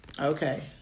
Okay